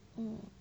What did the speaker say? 嗯